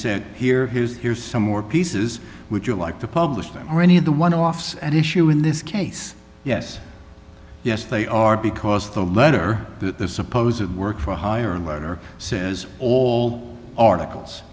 said here here's here's some more pieces would you like to publish them or any of the one offs at issue in this case yes yes they are because the letter that the suppose at work for hire letter says all articles